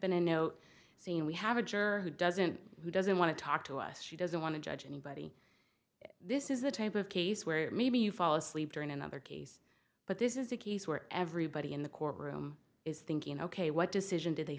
been a note saying we have a juror who doesn't who doesn't want to talk to us she doesn't want to judge anybody this is the type of case where maybe you fall asleep during another case but this is a case where everybody in the courtroom is thinking ok what decision did they